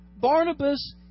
Barnabas